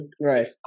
right